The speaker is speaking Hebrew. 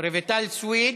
רויטל סויד,